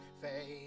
faith